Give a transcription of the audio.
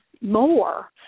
more